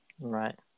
Right